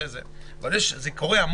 איזה סיפורים שמענו,